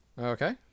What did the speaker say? Okay